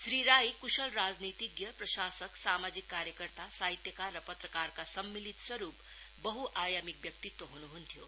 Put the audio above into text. श्री राई कुशल राजनीतिज्ञ प्रशासक सामाजिक कार्यकर्ता साहित्यकार र पत्रकारका सम्मिलित स्वरूप बहु आयामिक व्यक्तित्व हुनुहुन्थ्यो